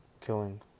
killing